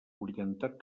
orientat